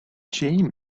jamie